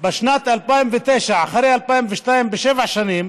בשנת 2009, שבע שנים